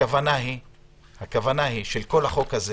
הכוונה היא שכל החוק הזה